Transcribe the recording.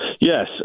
Yes